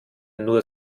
nur